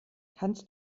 kannst